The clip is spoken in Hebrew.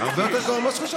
תקשיב קצת, באמת.